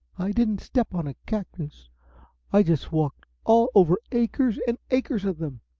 i didn't step on a cactus i just walked all over acres and acres of them!